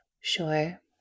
sure